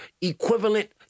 equivalent